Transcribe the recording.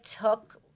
took